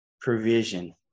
provision